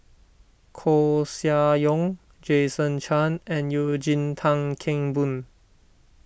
Koeh Sia Yong Jason Chan and Eugene Tan Kheng Boon